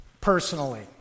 personally